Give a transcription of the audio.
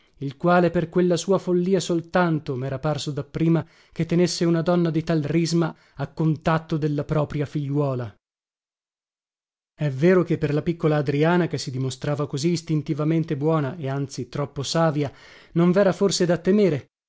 il quale per quella sua follia soltanto mera parso dapprima che tenesse una donna di tal risma a contatto della propria figliuola è vero che per la piccola adriana che si dimostrava così istintivamente buona e anzi troppo savia non vera forse da temere